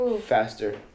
faster